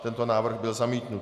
Tento návrh byl zamítnut.